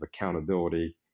accountability